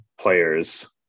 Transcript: players